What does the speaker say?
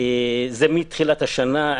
זה מתחילת השנה.